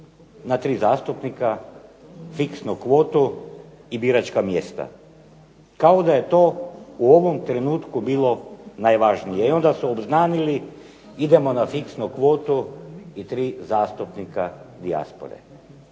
na tri zastupnika, fiksnu kvotu i biračka mjesta, kao da je to u ovom trenutku bilo najvažnije. I onda su obznanili idemo na fiksnu kvotu i tri zastupnika dijaspore.